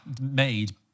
made